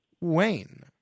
Wayne